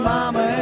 Mama